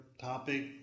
topic